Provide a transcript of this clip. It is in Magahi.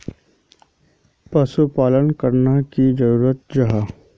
पशुपालन करना की जरूरी जाहा?